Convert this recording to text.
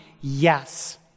yes